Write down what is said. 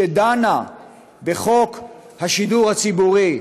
שדנה בחוק השידור הציבורי,